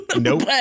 Nope